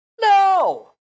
No